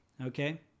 okay